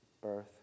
birth